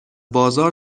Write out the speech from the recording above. بازار